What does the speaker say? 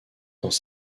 dans